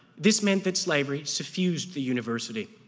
this meant that slavery suffused the university.